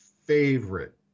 favorite